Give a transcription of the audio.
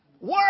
Work